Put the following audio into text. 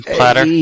Platter